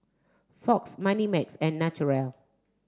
Fox Moneymax and Naturel